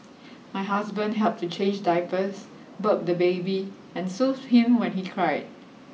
my husband helped to change diapers burp the baby and soothe him when he cried